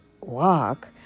walk